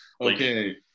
Okay